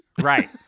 Right